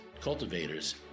cultivators